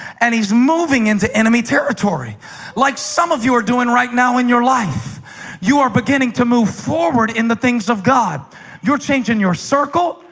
and he's moving into enemy territory like some of you are doing right now in your life you are beginning to move forward in the things of god you're changing your circle.